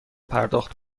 پرداخت